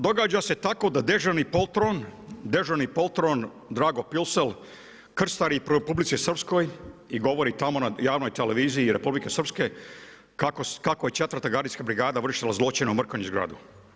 Događa se tako da dežurni poltron, dežurni poltron Drago Pilsel krstari po Republici Srpskoj i govori tamo na javnoj televiziji Republike Srpske kako je IV. gardijska brigada vršila zločin u Mrkonjić Gradu.